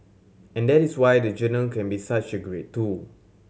and that is why the journal can be such a great tool